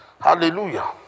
Hallelujah